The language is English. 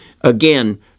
again